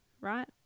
right